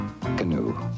Canoe